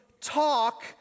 talk